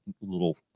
little